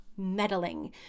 meddling